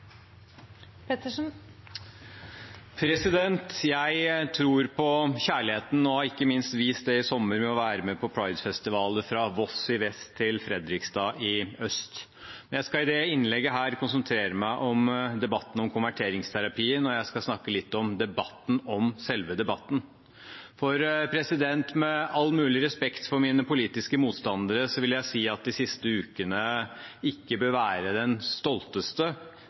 debatt. Jeg tror på kjærligheten og har ikke minst vist det i sommer ved å være med på Pride-festivaler fra Voss i vest til Fredrikstad i øst. Jeg skal i dette innlegget konsentrere meg om debatten om konverteringsterapien, og jeg skal snakke litt om debatten om selve debatten. Med all mulig respekt for mine politiske motstandere vil jeg si at de siste ukene ikke bør være den stolteste